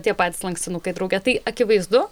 tie patys lankstinukai drauge tai akivaizdu